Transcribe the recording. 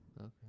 Okay